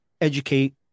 educate